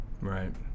Right